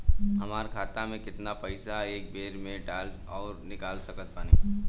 हमार खाता मे केतना पईसा एक बेर मे डाल आऊर निकाल सकत बानी?